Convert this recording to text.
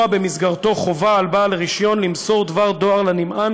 במסגרתו חובה על בעל רישיון למסור דבר דואר לנמען